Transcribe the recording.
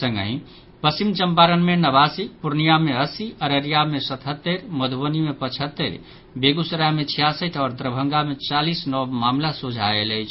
संगहि पश्चिम चंपारण मे नवासी पूर्णिया मे अस्सी अररिया मे सतहत्तरि मधुबनी मे पचहत्तरि बेगूसराय मे छियासठि आओर दरभंगा मे चालीस नव मामिला सोझा आयल अछि